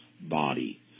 body